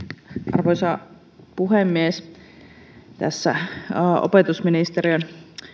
arvoisa puhemies tästä opetusministeriön